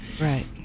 Right